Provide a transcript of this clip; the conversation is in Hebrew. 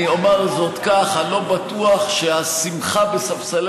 אני אומר זאת כך: אני לא בטוח שהשמחה בספסלי